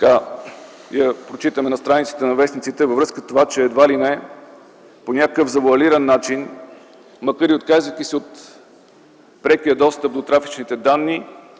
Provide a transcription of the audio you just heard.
дни я прочитаме на страниците на вестниците, че едва ли не по някакъв завоалиран начин, макар и отказвайки се от прекия достъп до трафичните данни,